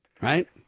right